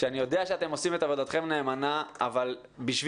ואני יודע שאתם עושים את עבודתכם נאמנה שכדי